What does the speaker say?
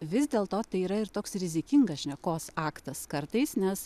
vis dėlto tai yra ir toks rizikingas šnekos aktas kartais nes